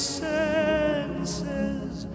senses